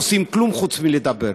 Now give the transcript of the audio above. לא עושה כלום חוץ מלדבר.